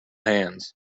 hands